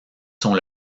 sont